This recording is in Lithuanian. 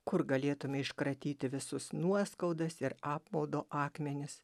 kur galėtume iškratyti visus nuoskaudas ir apmaudo akmenis